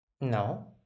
No